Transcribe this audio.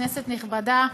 כנסת נכבדה,